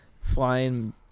flying